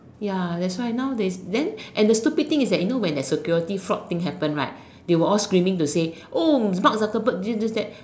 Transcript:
ya that's why now they then and the stupid thing is that you know when the security fault thing happen right they will all screaming to say oh mark the bird this this that